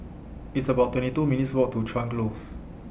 It's about twenty two minutes' Walk to Chuan Close